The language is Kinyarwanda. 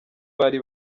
bari